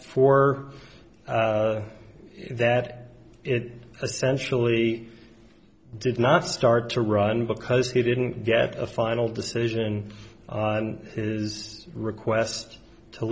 for that it essentially did not start to run because he didn't get a final decision on his request to